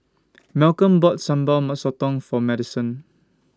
Malcom bought Sambal Sotong For Madisen